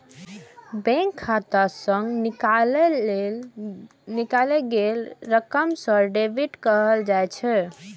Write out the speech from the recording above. bank खाता सं निकालल गेल रकम कें डेबिट कहल जाइ छै